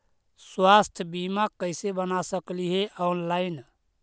स्वास्थ्य बीमा कैसे बना सकली हे ऑनलाइन?